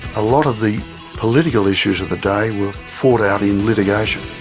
a lot of the political issues of the day were fought out in litigation.